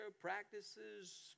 practices